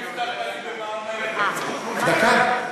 דקה.